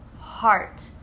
heart